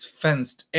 fenced